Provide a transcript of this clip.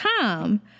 time